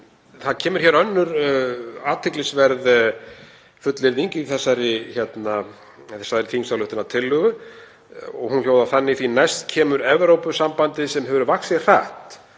það kemur hérna önnur athyglisverð fullyrðing í þessari þingsályktunartillögu og hún hljóðar þannig: „Því næst kemur Evrópusambandið, sem hefur vaxið hratt